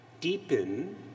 deepen